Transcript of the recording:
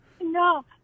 No